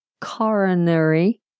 coronary